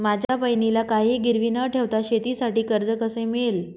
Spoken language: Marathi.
माझ्या बहिणीला काहिही गिरवी न ठेवता शेतीसाठी कर्ज कसे मिळेल?